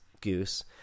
Goose